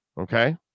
Okay